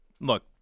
look